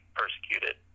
persecuted